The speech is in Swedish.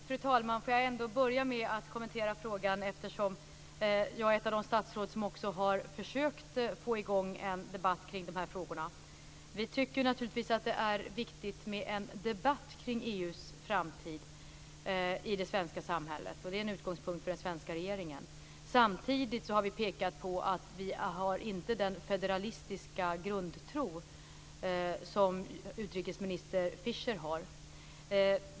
Fru talman! Jag vill börja med att kommentera frågan eftersom jag är ett av de statsråd som har försökt att få i gång en debatt kring dessa frågor. Vi tycker naturligtvis att det är viktigt med en debatt i det svenska samhället kring EU:s framtid, och det är en utgångspunkt för den svenska regeringen. Samtidigt har vi pekat på att vi inte har den federalistiska grundtro som utrikesminister Fischer har.